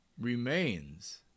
remains